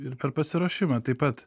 ir per pasiruošimą taip pat